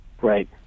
right